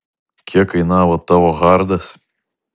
kiek kainavo tavo hardas